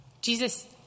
Jesus